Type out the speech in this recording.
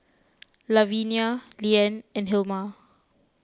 Lavinia Leann and Hilma